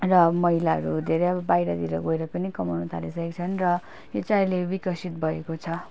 र महिलाहरू धेरै अब बाइरतिर गएर पनि कमाउन थालिसकेका छन् र यो चाहिँ अहिले विकसित भएको छ